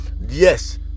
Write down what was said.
yes